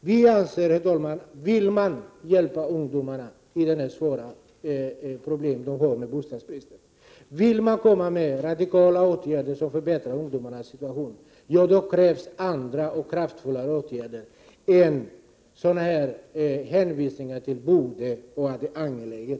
Vi anser att om man vill hjälpa ungdomarna med de stora problem som de har med bostadsbristen och om man vill komma med radikala åtgärder för att förbättra ungdomarnas situation, då krävs det andra och kraftfullare åtgärder än hänvisningar till att kommuner ”borde” och till sådant som är ”angeläget”.